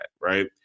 right